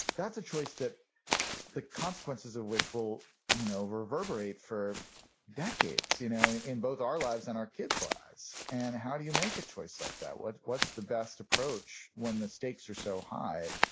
that's a choice that the consequences of which will you know reverberate for decades you know in in both our lives and our kids lives and how do you make a choice like that? what's what's the best approach when the stakes are so high?